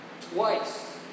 Twice